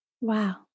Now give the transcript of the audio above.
Wow